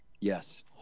Yes